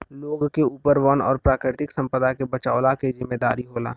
लोग के ऊपर वन और प्राकृतिक संपदा के बचवला के जिम्मेदारी होला